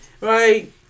right